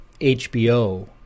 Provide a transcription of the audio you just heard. HBO